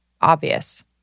obvious